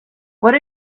what